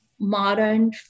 modern